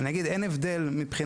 אני אגיד שאין הבדל מבחינת